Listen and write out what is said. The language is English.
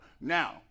Now